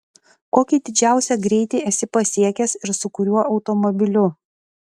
kokį didžiausią greitį esi pasiekęs ir su kuriuo automobiliu